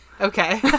Okay